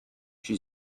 she